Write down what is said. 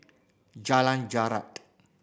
Jalan Jarak